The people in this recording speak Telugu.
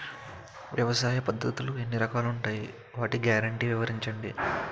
వ్యవసాయ పద్ధతులు ఎన్ని రకాలు ఉంటాయి? వాటి గ్యారంటీ వివరించండి?